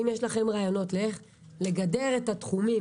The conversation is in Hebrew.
אם יש לכם רעיונות איך לגדר את התחומים